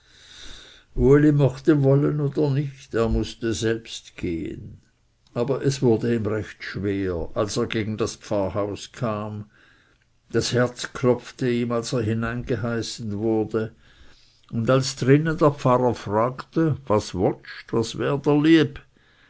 mochte wollen oder nicht er mußte selbst gehen aber es wurde ihm recht schwer als er gegen das pfarrhaus kam das herz klopfte ihm als er hineingeheißen wurde und als drinnen der pfarrer fragte was wotsch was